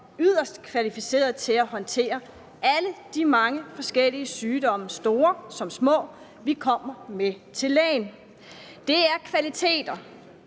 yderst kvalificerede til at håndtere alle de mange forskellige sygdomsproblemer, store som små, vi kommer med til lægen. Det er kvaliteter,